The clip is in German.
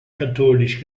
katholisch